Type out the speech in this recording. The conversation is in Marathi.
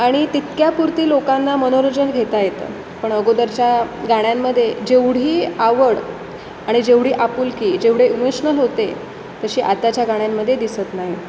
आणि तितक्यापुरती लोकांना मनोरंजन घेता येतं पण अगोदरच्या गाण्यांमध्ये जेवढी आवड आणि जेवढी आपुलकी जेवढे इमोशनल होते तशी आताच्या गाण्यांमध्ये दिसत नाही